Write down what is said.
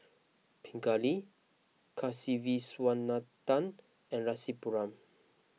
Pingali Kasiviswanathan and Rasipuram